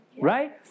Right